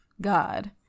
God